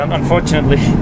unfortunately